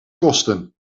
kosten